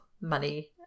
money